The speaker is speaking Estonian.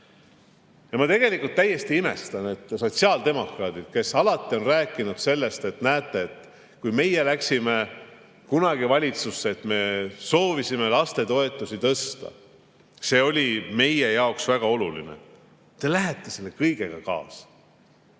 ära! Ma tegelikult täiesti imestan, et sotsiaaldemokraadid, kes alati on rääkinud sellest, et näete, kui meie läksime kunagi valitsusse, soovisime lastetoetusi tõsta, see oli meie jaoks väga oluline. Te lähete selle kõigega kaasa!